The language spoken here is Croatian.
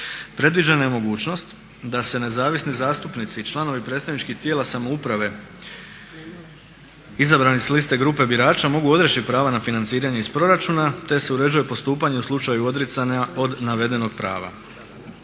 Predviđena je mogućnost da se nezavisni zastupnici i članovi predstavničkih tijela samouprave izabrani s liste grupe birača mogu odreći prava na financiranje iz proračuna te se uređuje postupanje u slučaju odricanja od navedenog prava.